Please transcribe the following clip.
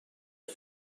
این